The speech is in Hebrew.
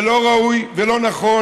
זה לא ראוי, זה לא נכון.